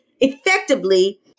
effectively